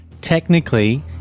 Technically